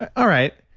all right.